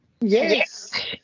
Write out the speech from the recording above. yes